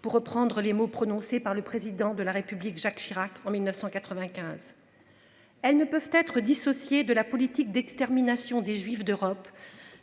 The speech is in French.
pour reprendre les mots prononcés par le président de la République Jacques Chirac en 1995. Elles ne peuvent être dissociées. De la politique d'extermination des juifs d'Europe